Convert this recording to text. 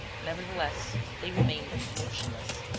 nevertheless, they remained motionless,